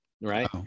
Right